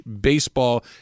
baseball